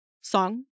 Song